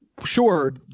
sure